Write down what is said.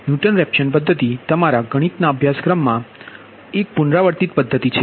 newton Raphson પદ્ધતિ તમારા ગણિતના અભ્યાસક્રમમાં એક પુનરાવર્તિત પદ્ધતિ છે